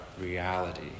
reality